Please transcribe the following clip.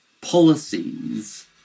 policies